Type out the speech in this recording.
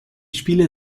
spiele